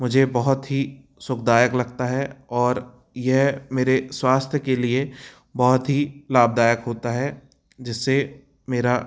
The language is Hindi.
मुझे बहुत ही सुखदायक लगता है और यह मेरे स्वास्थ्य के लिए बहुत ही लाभदायक होता है जिससे मेरा